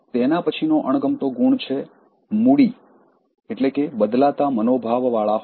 તેના પછીનો અણગમતો ગુણ છે મૂડી બદલાતા મનોભાવવાળા હોવું